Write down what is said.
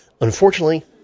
unfortunately